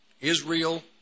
Israel